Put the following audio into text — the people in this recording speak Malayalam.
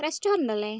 റസ്റ്റോറൻറ് അല്ലേ